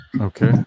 Okay